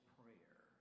prayer